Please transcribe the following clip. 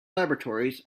laboratories